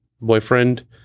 boyfriend